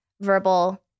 verbal